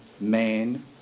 man